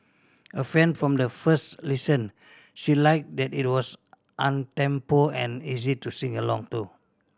a fan from the first listen she liked that it was uptempo and easy to sing along to